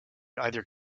either